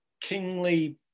kingly